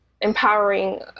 empowering